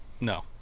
No